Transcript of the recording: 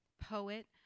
poet